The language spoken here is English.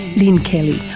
lynne kelly,